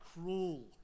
cruel